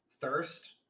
thirst